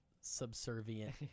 subservient